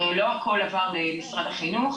הרי לא הכל עבר למשרד החינוך,